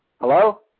Hello